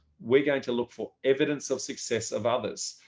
we're going to look for evidence of success of others.